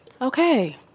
Okay